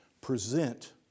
Present